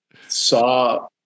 saw